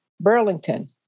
Burlington